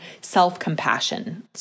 self-compassion